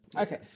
Okay